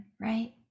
right